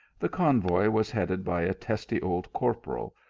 the convoy was headed by a testy old corporal,